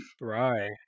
Right